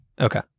Okay